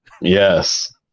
yes